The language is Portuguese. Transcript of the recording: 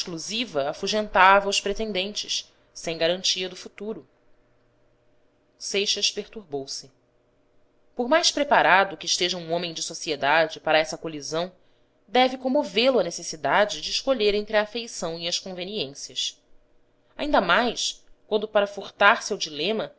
a preferência exclusiva afugentava os pretendentes sem garantia do futuro seixas perturbou-se por mais preparado que esteja um homem de sociedade para essa colisão deve comovê lo a necessidade de escolher entre a afeição e as conveniências ainda mais quando para furtar se ao dilema